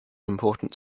important